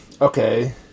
Okay